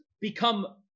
become